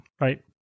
right